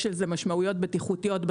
יש לזה משמעויות בטיחותיות.